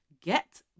get